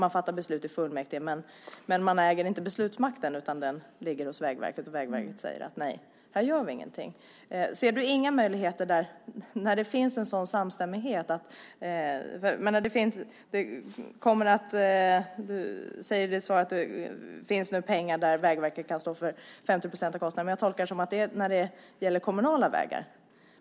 Man fattar beslut i fullmäktige men man äger inte beslutsmakten. Den ligger hos Vägverket och Vägverket säger att nej, här gör vi ingenting. Ser du inga möjligheter när det finns en sådan samstämmighet? Du säger i svaret att det finns pengar där Vägverket kan stå för 50 % av kostnaden. Jag tolkar det dock som att det är fråga om kommunala vägar.